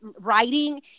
writing